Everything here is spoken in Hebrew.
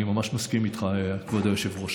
אני ממש מסכים איתך, כבוד היושב-ראש.